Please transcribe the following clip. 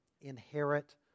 inherit